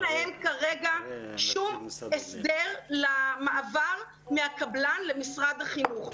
להם כרגע שום הסדר למעבר מהקבלן למשרד החינוך.